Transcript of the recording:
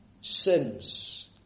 sins